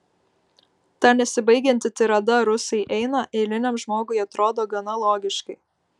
ta nesibaigianti tirada rusai eina eiliniam žmogui atrodo gana logiškai